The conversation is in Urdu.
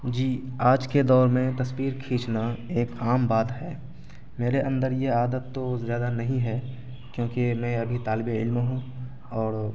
جی آج کے دور میں تصویر کھینچنا ایک عام بات ہے میرے اندر یہ عادت تو زیادہ نہیں ہے کیونکہ میں ابھی طالب علم ہوں اور